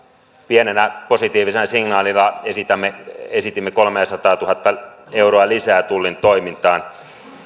pienenä positiivisena signaalina esitimme kolmeasataatuhatta euroa lisää tullin toimintaan